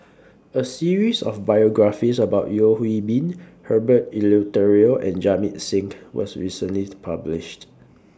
A series of biographies about Yeo Hwee Bin Herbert Eleuterio and Jamit Singh was recently published